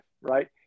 right